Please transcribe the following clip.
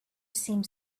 seemed